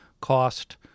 cost